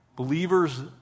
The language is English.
Believers